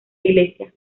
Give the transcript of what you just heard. iglesia